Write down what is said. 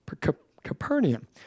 Capernaum